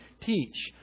Teach